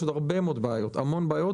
יש עוד הרבה מאוד בעיות, המון בעיות.